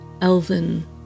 elven